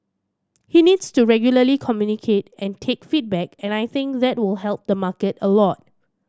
he needs to regularly communicate and take feedback and I think that will help the market a lot